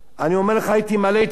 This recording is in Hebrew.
אני אומר לך, הייתי מלא התרגשות,